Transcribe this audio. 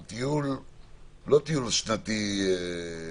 זה לא טיול שנתי מעניין.